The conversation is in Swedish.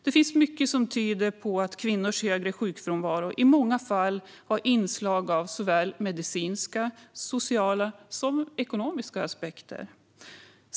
Det finns mycket som tyder på att kvinnors högre sjukfrånvaro i många fall har inslag av såväl medicinska som sociala och ekonomiska aspekter.